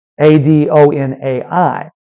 A-D-O-N-A-I